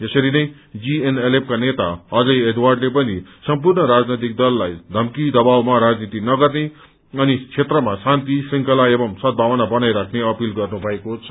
यसरी नै जीएनएलएफका नेता अजय एडवर्डले पनि सम्पूर्ण राजनैतिक दललाई धम्की दबावमा राजनीति नगर्ने अनि क्षेत्रमा शान्ति श्रृंखला एवं सद्भावना बनाई राख्ने अपील गर्नुभएको छ